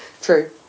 true